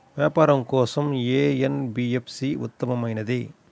వ్యాపారం కోసం ఏ ఎన్.బీ.ఎఫ్.సి ఉత్తమమైనది?